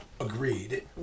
Agreed